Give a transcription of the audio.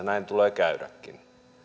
näin tulee käydäkin